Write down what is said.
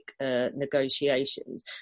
negotiations